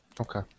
Okay